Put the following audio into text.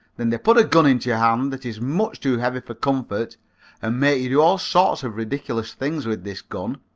then they put a gun into your hand that is much too heavy for comfort and make you do all sorts of ridiculous things with this gun,